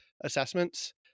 assessments